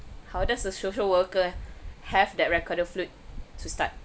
how does a social worker have that recorder flute to start